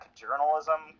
journalism